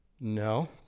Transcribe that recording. No